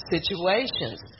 situations